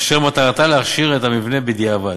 אשר מטרתה להכשיר את המבנה בדיעבד.